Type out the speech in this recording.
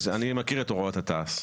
אני מכיר את הוראות התע"ש.